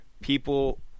people